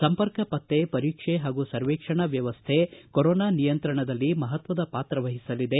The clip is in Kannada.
ಸಂಪರ್ಕ ಪತ್ತೆ ಪರೀಕ್ಷೆ ಹಾಗೂ ಸರ್ವೇಕ್ಷಣಾ ಮ್ಯವಸ್ಥೆ ಕರೋನಾ ನಿಯಂತ್ರಣದಲ್ಲಿ ಮಹತ್ವದ ಪಾತ್ರ ವಹಿಸಲಿದೆ